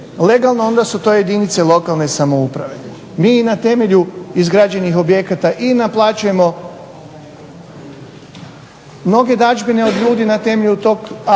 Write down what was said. legalno onda su to jedinice lokalne samouprave. Mi i na temelju izgrađenih objekata i naplaćujemo mnoge dadžbine od ljudi na temelju tog